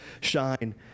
shine